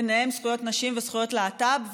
ביניהם זכויות נשים וזכויות להט"ב,